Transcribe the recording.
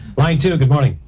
line two, good morning.